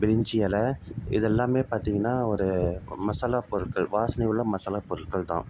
பிரிஞ்சி எலை இது எல்லாமே பார்த்திங்கன்னா ஒரு மசாலா பொருட்கள் வாசனை உள்ள மசாலா பொருட்கள் தான்